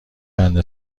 بند